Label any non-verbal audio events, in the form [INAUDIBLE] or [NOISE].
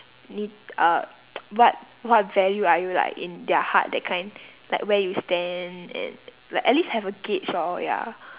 你 uh [NOISE] what what value are you like in their heart that kind like where you stand and like at least have a gauge or ya